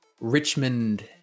Richmond